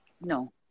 no